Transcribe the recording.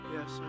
Yes